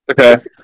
Okay